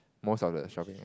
most of the shopping